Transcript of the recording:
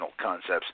concepts